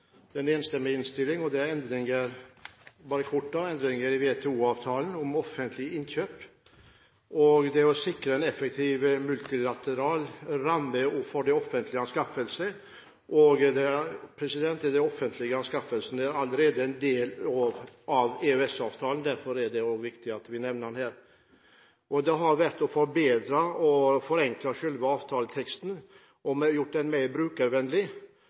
Det er en enstemmig innstilling, og det er – bare kort – endring av WTO-avtalen om offentlige innkjøp og det å sikre en effektiv multilateral ramme for offentlige anskaffelser. De offentlige anskaffelsene er allerede en del av EØS-avtalen. Derfor er det også viktig at vi nevner den her. Målet har vært å forbedre og forenkle selve avtaleteksten, og vi har gjort den mer brukervennlig.